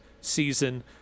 season